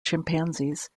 chimpanzees